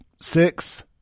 six